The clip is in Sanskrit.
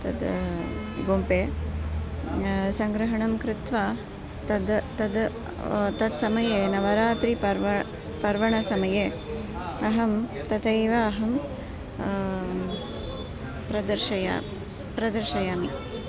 तद् गोम्पे सङ्ग्रहणं कृत्वा तद् तद् तत्समये नवरात्रिः पर्व पर्वणसमये अहं तथैव अहं प्रदर्शयामि प्रदर्शयामि